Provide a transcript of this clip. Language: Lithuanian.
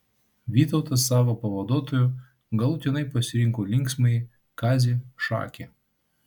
vytautas savo pavaduotoju galutinai pasirinko linksmąjį kazį šakį